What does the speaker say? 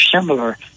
similar